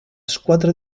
squadra